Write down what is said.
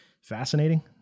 fascinating